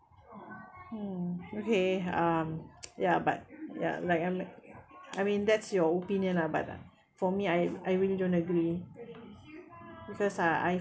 hmm okay um ya but ya like I'm ya I mean that's your opinion lah but for me I I really don't agree because uh I